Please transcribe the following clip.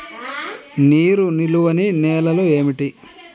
నీరు నిలువని నేలలు ఏమిటి?